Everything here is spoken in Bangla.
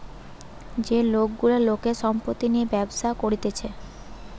যে লোক গুলা লোকের সম্পত্তি নিয়ে ব্যবসা করতিছে